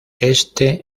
este